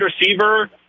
receiver